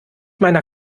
meiner